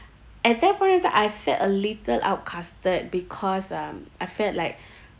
at that point of time I felt a little outcasted because um I felt like